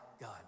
God